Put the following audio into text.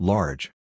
Large